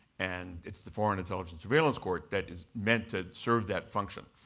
and it's the foreign intelligence surveillance court that is meant to serve that function.